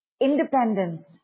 independence